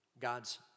God's